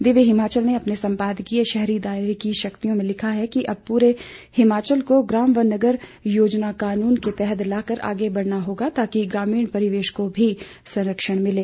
दिव्य हिमाचल ने अपने संपादकीय शहरी दायरे की शक्तियां में लिखा है कि अब पूरे हिमाचल को ग्राम व नगर योजना कानून के तहत लाकर आगे बढ़ना होगा ताकि ग्रामीण परिवेश को भी संरक्षण मिले